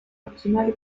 optimal